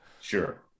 Sure